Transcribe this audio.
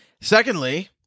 secondly